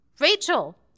Rachel